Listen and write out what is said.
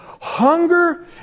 Hunger